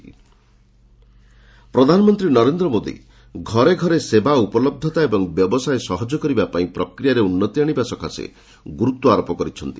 PM ପ୍ରଧାନମନ୍ତ୍ରୀ ନରେନ୍ଦ୍ର ମୋଦି ଘରେ ଘରେ ସେବା ଉପଲବ୍ଧତା ଏବଂ ବ୍ୟବସାୟ ସହଜ କରିବା ପାଇଁ ପ୍ରକ୍ରିୟାରେ ଉନ୍ନତି ଆଶିବା ସକାଶେ ଗୁରୁତ୍ୱାରୋପ କରିଛନ୍ତି